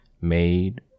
made